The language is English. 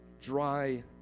dry